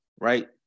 right